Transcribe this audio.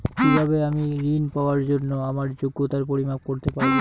কিভাবে আমি ঋন পাওয়ার জন্য আমার যোগ্যতার পরিমাপ করতে পারব?